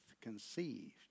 conceived